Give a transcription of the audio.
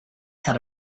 had